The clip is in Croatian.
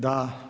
Da.